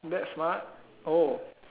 that's smart oh